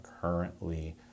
currently